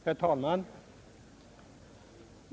Herr talman!